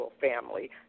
family